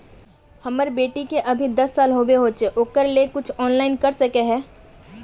हमर बेटी के अभी दस साल होबे होचे ओकरा ले कुछ ऑनलाइन कर सके है?